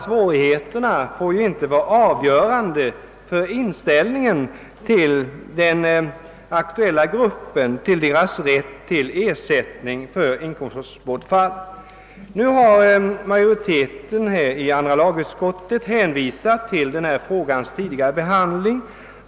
Svårigheterna får ju inte vara avgörande för inställningen till den aktuella gruppen och dess rätt till ersättning för inkomstbortfall. Majoriteten i andra lagutskottet har hänvisat till denna frågas tidigare behandling.